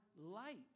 light